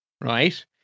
right